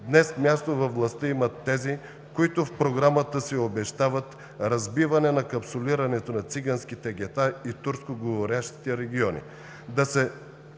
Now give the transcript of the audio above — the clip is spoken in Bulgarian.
днес място във властта имат тези, които в програмата си обещават разбиване капсулирането на циганските гета и турскоговорящите региони;